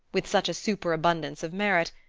with such a superabundance of merit,